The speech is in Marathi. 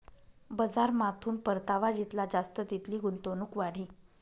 बजारमाथून परतावा जितला जास्त तितली गुंतवणूक वाढी